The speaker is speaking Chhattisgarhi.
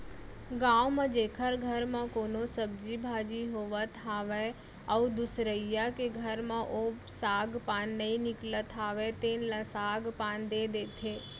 गाँव म जेखर घर म कोनो सब्जी भाजी होवत हावय अउ दुसरइया के घर म ओ साग पान नइ निकलत हावय तेन ल साग पान दे देथे